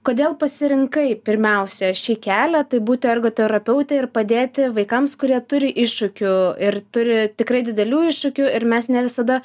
kodėl pasirinkai pirmiausia šį kelią tai būti ergoterapeute ir padėti vaikams kurie turi iššūkių ir turi tikrai didelių iššūkių ir mes ne visada